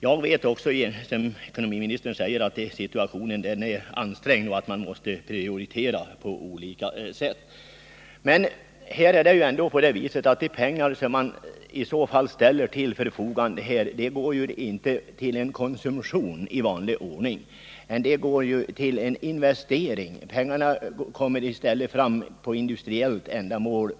Jag vet också, som ekonomiministern säger, att situationen är ansträngd och att man måste prioritera på olika sätt. Men de pengar som ställs till förfogande för markförvärv går inte till konsumtion i vanlig mening utan till investeringar. Köpeskillingen kommer ju till användning för bl.a. industriella ändamål.